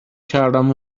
کردم